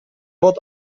wort